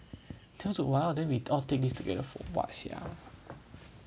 time to then we all take these together for what sia